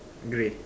grey